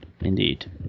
Indeed